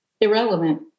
irrelevant